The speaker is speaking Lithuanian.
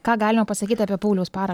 ką galima pasakyti apie pauliaus para